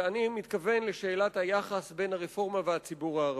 אני מתכוון לשאלת היחס בין הרפורמה והציבור הערבי.